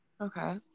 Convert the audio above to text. Okay